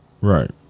Right